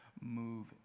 move